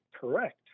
Correct